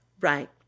Right